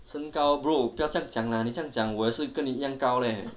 身高 bro 不要这样讲 lah 你这样讲我也是跟你一样高 leh